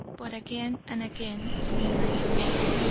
but again and again during my stay.